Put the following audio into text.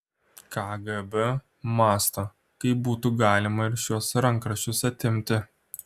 kgb mąsto kaip būtų galima ir šiuos rankraščius atimti